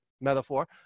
metaphor